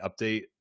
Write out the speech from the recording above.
update